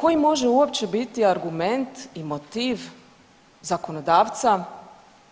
Koji može uopće biti argument i motiv zakonodavca